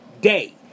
day